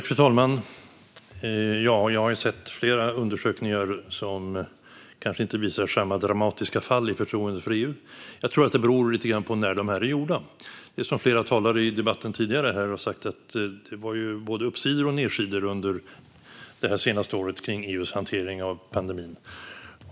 Fru talman! Jag har sett flera undersökningar som inte visar riktigt samma dramatiska fall i förtroendet för EU. Jag tror att det beror lite grann på när de är gjorda. Som flera talare tidigare här i debatten har sagt var det både uppsidor och nedsidor under det senaste året kring EU:s hantering av pandemin.